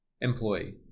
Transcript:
Employee